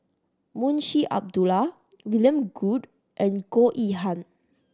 Munshi Abdullah William Goode and Goh Yihan